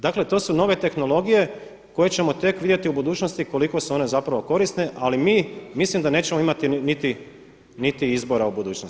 Dakle to su nove tehnologije koje ćemo tek vidjeti u budućnosti koliko su one zapravo korisne ali mi, mislim da nećemo imati niti izbora u budućnosti.